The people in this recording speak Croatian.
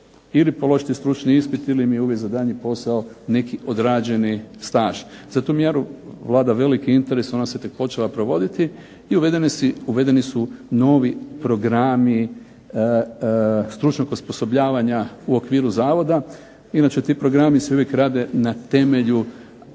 ili položiti stručni ispit ili im je uvjet za daljnji posao neki odrađeni staž. Za tu mjeru vlada veliki interes, ona se tek počela provoditi i uvedeni su novi programi stručnog osposobljavanja u okviru zavoda. Inače ti programi se uvijek rade na temelju